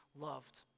loved